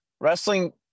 Wrestling